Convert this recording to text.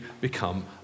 become